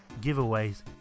giveaways